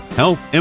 health